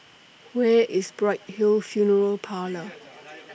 Where IS Bright Hill Funeral Parlour